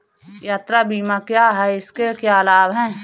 यात्रा बीमा क्या है इसके क्या लाभ हैं?